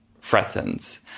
threatened